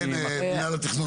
כן, מינהל התכנון.